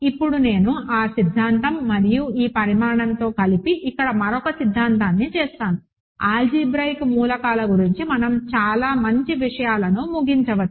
ఇప్పుడు నేను ఆ సిద్ధాంతం మరియు ఈ పరిణామంతో కలిపి ఇక్కడ మరొక సిద్ధాంతాన్ని చేస్తాను ఆల్జీబ్రాయిక్ మూలకాల గురించి మనం చాలా మంచి విషయాలను ముగించవచ్చు